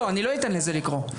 אני לא אתן לזה לקרות.